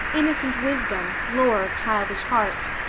innocent wisdom, lore of childish hearts.